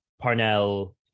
Parnell